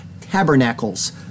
tabernacles